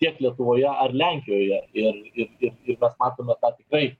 o tiek lietuvoje ar lenkijoje ir ir ir ir mes matome tą tikrai